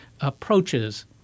approaches